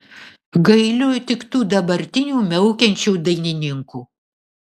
gailiu tik tų dabartinių miaukiančių dainininkų